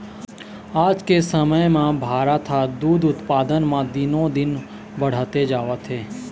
आज के समे म भारत ह दूद उत्पादन म दिनो दिन बाड़हते जावत हे